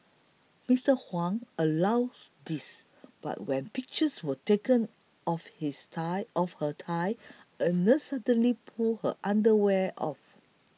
Mister Huang allows this but when pictures were taken of his thigh of her thigh a nurse suddenly pulled her underwear off